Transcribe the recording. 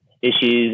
Issues